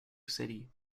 city